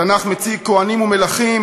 התנ"ך מציג כוהנים ומלכים,